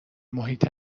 محیط